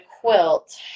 quilt